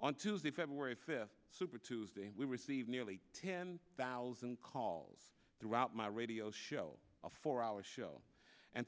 on tuesday february fifth super tuesday we received nearly ten thousand calls throughout my radio show before our show and